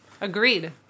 Agreed